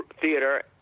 theater